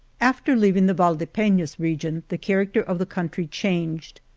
after leaving the valdepenas region the character of the country changed,